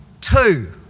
Two